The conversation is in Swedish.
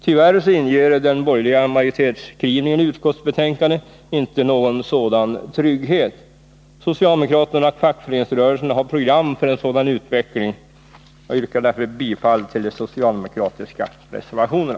Tyvärr inger den borgerliga majoritetsskrivningen i utskottsbetänkandet inte någon sådan trygghet. Socialdemokraterna och fackföreningsrörelsen har program för en sådan utveckling. Jag yrkar därför bifall till de socialdemokratiska reservationerna.